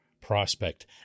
prospect